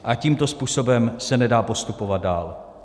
A tímto způsobem se nedá postupovat dál.